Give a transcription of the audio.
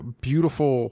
beautiful